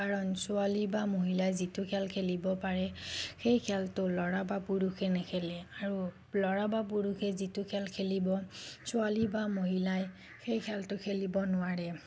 কাৰণ ছোৱালী বা মহিলাই যিটো খেল খেলিব পাৰে সেই খেলটো ল'ৰা বা পুৰুষে নেখেলে আৰু ল'ৰা বা পুৰুষে যিটো খেল খেলিব ছোৱালী বা মহিলাই সেই খেলটো খেলিব নোৱাৰে